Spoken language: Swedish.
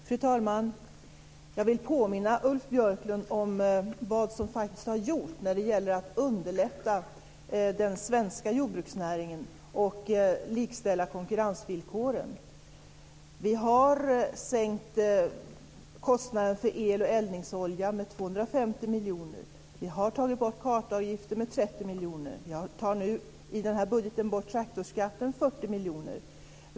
Fru talman! Jag vill påminna Ulf Björklund om vad som faktiskt har gjorts för att underlätta för den svenska jordbruksnäringen och likställa konkurrensvillkoren. Vi har sänkt kostnaderna för el och eldningsolja med 250 miljoner. Vi har tagit bort kartavgiften på 30 miljoner. I den här budgeten tar vi bort traktorskatten på 40 miljoner.